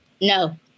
No